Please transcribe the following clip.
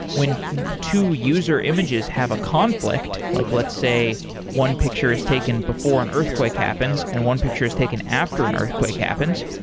when two user images have a conflict, like let's say one picture is taken before an earthquake happens and one picture is taken after an earthquake happens,